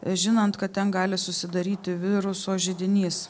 žinant kad ten gali susidaryti viruso židinys